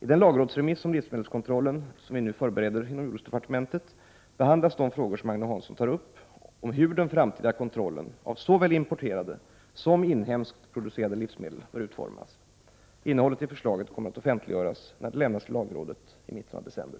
I den lagrådsremiss om livsmedelskontrollen som vi nu förbereder inom jordbruksdepartementet behandlas de frågor som Agne Hansson tar upp om hur den framtida kontrollen av såväl importerade som inhemskt producerade livsmedel bör utformas. Innehållet i förslaget kommer att offentliggöras när det lämnas till lagrådet i mitten av december.